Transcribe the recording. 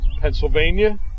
Pennsylvania